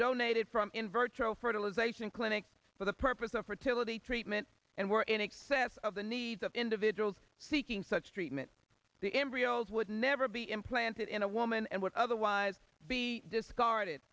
donated from in virtual fertilization clinics for the purpose of fertility treatment and were in excess of the needs of individuals seeking such treatment the embryos would never be implanted in a woman and would otherwise be discarded